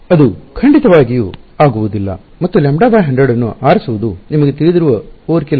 ಅದು ಖಂಡಿತವಾಗಿಯೂ ಆಗುವದಿಲ್ಲ ಮತ್ತು λ100 ಅನ್ನು ಆರಿಸುವುದು ನಿಮಗೆ ತಿಳಿದಿರುವ ಓವರ್ಕಿಲ್ ಅಲ್ಲ